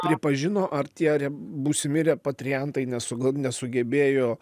pripažino ar tie būsimi repatriantai nesu gal nesugebėjo